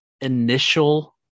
initial